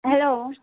hello